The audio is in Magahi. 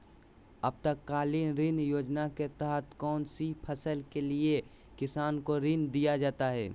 आपातकालीन ऋण योजना के तहत कौन सी फसल के लिए किसान को ऋण दीया जाता है?